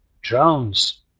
drones